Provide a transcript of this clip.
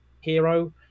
hero